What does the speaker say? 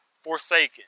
forsaken